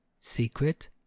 secret